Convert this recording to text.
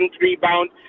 rebound